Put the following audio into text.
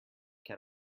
can